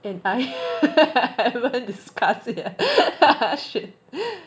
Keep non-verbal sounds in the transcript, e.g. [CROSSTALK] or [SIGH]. and I [LAUGHS] haven't discuss yet [LAUGHS] shit